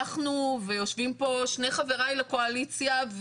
יושבים פה שני חבריי לקואליציה,